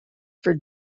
for